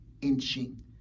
inching